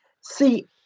See